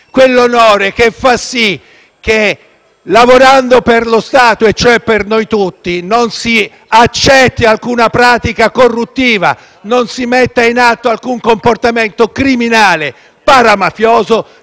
che lavorando per lo Stato - e cioè per noi tutti - non si accetti alcuna pratica corruttiva, non si metta in atto alcun comportamento criminale, paramafioso, che affossa la democrazia.